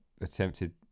attempted